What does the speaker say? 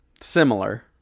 similar